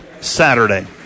Saturday